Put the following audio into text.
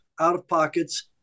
out-of-pockets